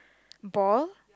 ball